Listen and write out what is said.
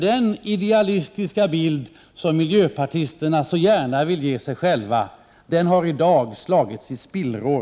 Den idealistiska bild som miljöpartisterna så gärna vill visa upp har i dag med besked slagits i spillror.